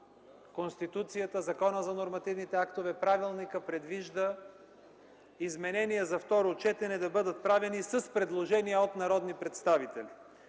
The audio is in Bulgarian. Конституцията, Закона за нормативните актове, правилникът предвижда изменения за второ четене да бъдат правени с предложения от народни представители.